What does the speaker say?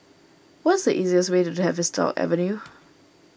what is the easiest way to Tavistock Avenue